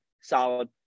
solid